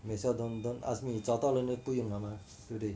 might as well don't don't ask me 找到人就不用了吗对不对